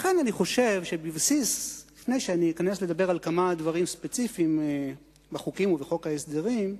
לפני שאני אדבר על כמה דברים ספציפיים בחוקים ובחוק ההסדרים,